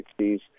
60s